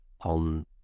on